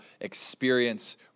experience